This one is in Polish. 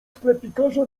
sklepikarza